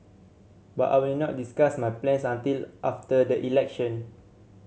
but I will not discuss my plans until after the election